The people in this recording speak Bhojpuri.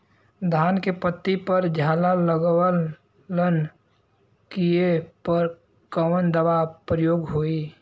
धान के पत्ती पर झाला लगववलन कियेपे कवन दवा प्रयोग होई?